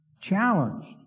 Challenged